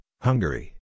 Hungary